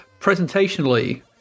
presentationally